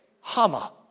Hama